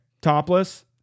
topless